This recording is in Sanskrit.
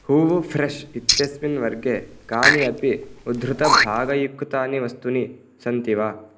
हूवु फ्रेश् इत्यस्मिन् वर्गे कानि अपि उद्धृतभागयुक्तानि वस्तूनि सन्ति वा